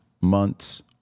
months